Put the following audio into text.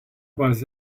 was